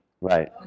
Right